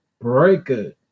Breaker